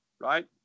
Right